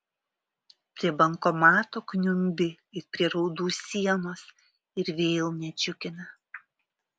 prie bankomato kniumbi it prie raudų sienos ir vėl nedžiugina